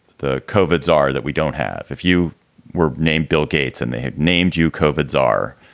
the coverts are that we don't have if you were named bill gates and they have named you covered czar.